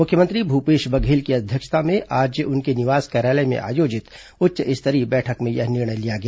मुख्यमंत्री भूपेश बधेल की अध्यक्षता में आज उनके निवास कार्यालय में आयोजित उच्च स्तरीय बैठक में यह निर्णय लिया गया